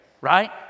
right